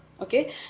Okay